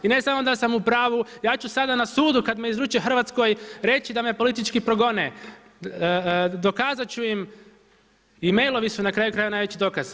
I ne samo da sam upravu, ja ću sada na sudu kada me izruče Hrvatskoj reći da me politički progone, dokazat ću im i mailovi su na kraju krajeva najveći dokaz.